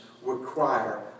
require